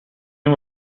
این